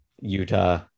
Utah